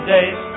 Days